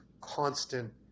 constant